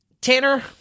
Tanner